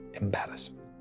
embarrassment